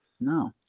No